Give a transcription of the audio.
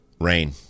Rain